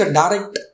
direct